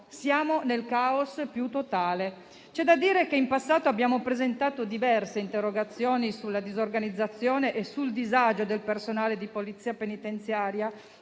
siamo nel caos più totale. Sottolineo che già in passato abbiamo presentato diverse interrogazioni sulla disorganizzazione e sul disagio del personale di Polizia penitenziaria,